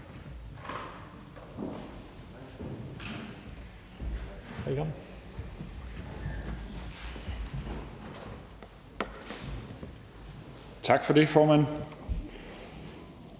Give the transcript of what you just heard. Tak for det, formand.